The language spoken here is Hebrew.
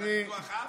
על ניתוח אף?